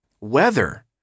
weather